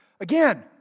again